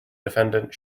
defendant